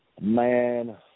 man